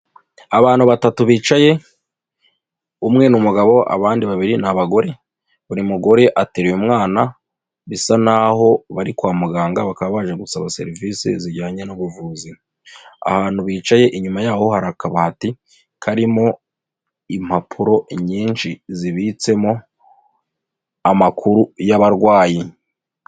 Abantu batatu bicaye, umwe n'umugabo, abandi babiri ni abagore, buri mugore ateraye umwana, bisa n'aho bari kwa muganga bakaba baje gusaba serivisi zijyanye n'ubuvuzi, ahantu bicaye inyuma yaho hari akabati karimo impapuro nyinshi zibitsemo amakuru y'abarwayi.